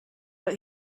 but